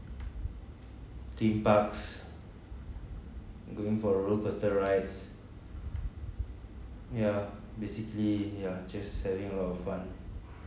theme parks going for roller coaster rides ya basically ya just having a lot of fun